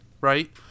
right